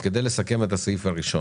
כדי לסכם את הסעיף הראשון,